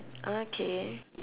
okay